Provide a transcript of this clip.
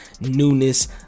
newness